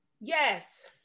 Yes